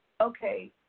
Okay